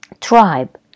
Tribe